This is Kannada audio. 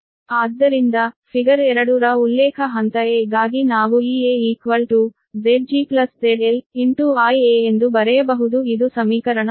ಆದ್ದರಿಂದ ಫಿಗರ್ 2 ರ ಉಲ್ಲೇಖ ಹಂತ a ಗಾಗಿ ನಾವು Ea Zg ZL Ia ಎಂದು ಬರೆಯಬಹುದು ಇದು ಸಮೀಕರಣ 1